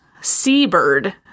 seabird